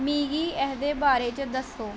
मिगी एह्दे बारे च दस्सो